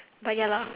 but ya lah